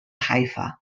haifa